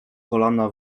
kolana